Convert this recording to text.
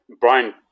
Brian